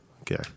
Okay